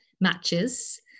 matches